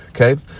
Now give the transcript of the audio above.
Okay